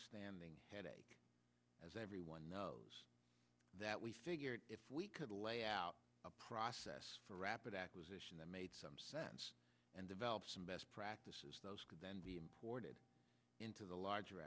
standing headache as everyone knows that we figured if we could lay out a process for rapid acquisition that made some sense and develop some best practices those could then be imported into the larger